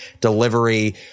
delivery